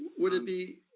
would it be,